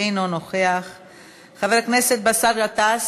אינו נוכח; חבר הכנסת באסל גטאס,